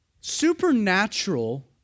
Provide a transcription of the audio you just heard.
Supernatural